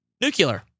nuclear